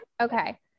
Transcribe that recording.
Okay